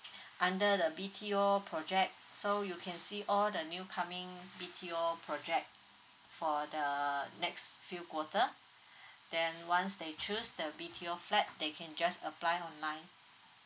under B_T_O project so you can see all the new coming B_T_O project for the next few quarter then once they choose the B_T_O flat they can just apply online